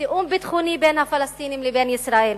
תיאום ביטחוני בין הפלסטינים לבין ישראל.